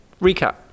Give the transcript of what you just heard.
Recap